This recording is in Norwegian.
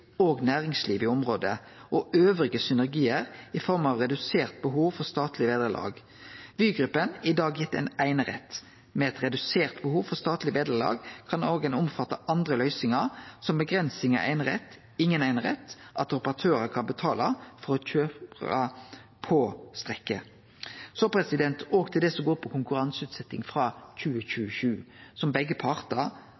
og næringsliv i området og andre synergiar i form av redusert behov for statleg vederlag. Vygruppa har i dag fått ein einerett. Med eit redusert behov for statleg vederlag kan ein òg omfatte andre løysingar, som avgrensing av einerett, ingen einerett, at operatørar kan betale for kjøp av strekket. Til det som gjeld konkurranseutsetjing frå 2027, som begge partar peiker på